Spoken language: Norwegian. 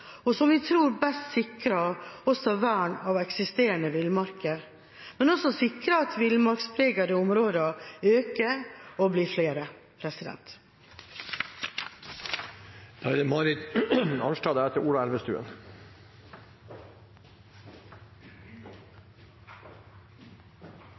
og som vi tror best sikrer vern av eksisterende villmarker, men også sikrer at villmarkspregede områder øker og blir flere. Senterpartiet er glad for at det